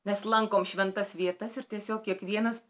mes lankom šventas vietas ir tiesiog kiekvienas